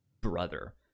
brother